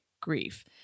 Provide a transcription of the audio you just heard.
grief